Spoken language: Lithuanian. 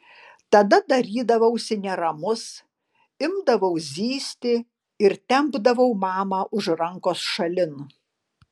tada darydavausi neramus imdavau zyzti ir tempdavau mamą už rankos šalin